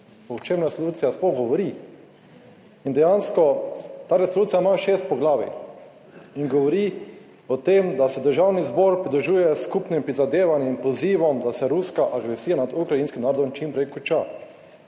o čem resolucija sploh govori. In dejansko ta resolucija ima šest poglavij in govori o tem, da se Državni zbor pridružuje skupnim prizadevanjem in pozivom, da se ruska agresija nad ukrajinskim narodom čim prej konča.